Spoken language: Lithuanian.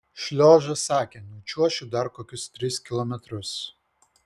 šliožas sakė nučiuošiu dar kokius tris kilometrus